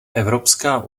evropská